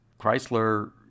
Chrysler